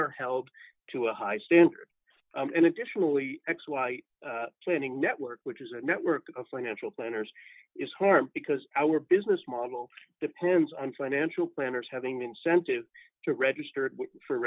are held to a high standard and additionally x y planning network which is a network of financial planners is hard because our business model depends on financial planners having the incentive to register for